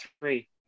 three